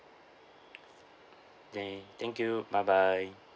K thank you bye bye